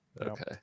Okay